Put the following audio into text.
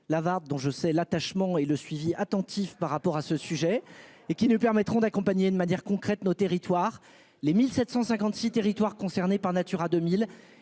Lavarde dont je sais l'attachement et le suivi attentif par rapport à ce sujet et qui ne permettront d'accompagner, de manière concrète nos territoires les 1756 territoires concernés par Natura 2000